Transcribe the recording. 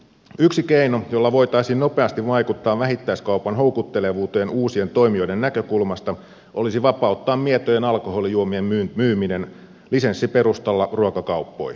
yksi keino jolla voitaisiin nopeasti vaikuttaa vähittäiskaupan houkuttelevuuteen uusien toimijoiden näkökulmasta olisi vapauttaa mietojen alkoholijuomien myyminen lisenssiperustalla ruokakauppoihin